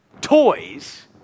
toys